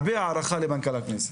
הרבה הערכה למנכ"ל הכנסת.